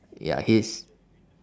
ya he's